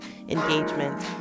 engagement